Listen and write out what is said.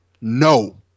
No